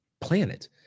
planet